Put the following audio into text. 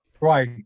Right